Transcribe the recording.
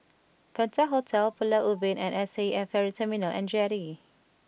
Penta Hotel Pulau Ubin and S A F Ferry Terminal and Jetty